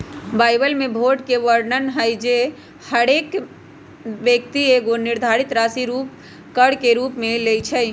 Bible में भोट के वर्णन हइ जे हरेक व्यक्ति एगो निर्धारित राशि कर के रूप में लेँइ छइ